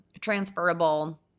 transferable